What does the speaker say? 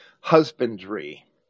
husbandry